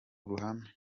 ruhame